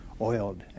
oiled